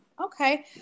Okay